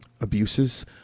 abuses